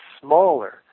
smaller